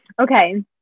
okay